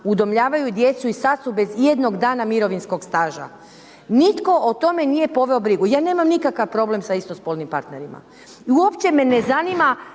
udomljavaju djecu i sad su bez ijednog dana mirovinskog staža. Nitko od tome nije poveo brigu. Ja nemam nikakav problem sa istospolnim partnerima, i uopće me ne zanima